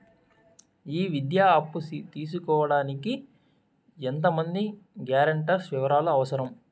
ఈ విద్యా అప్పు తీసుకోడానికి ఎంత మంది గ్యారంటర్స్ వివరాలు అవసరం?